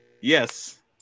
Yes